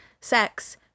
sex